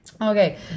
Okay